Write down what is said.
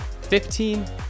fifteen